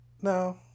no